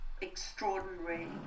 extraordinary